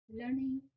learning